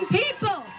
people